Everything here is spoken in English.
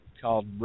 called